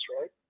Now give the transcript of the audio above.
right